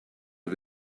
off